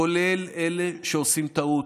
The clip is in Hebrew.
כולל אלה שעושים טעות.